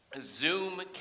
Zoom